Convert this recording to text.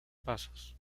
pasos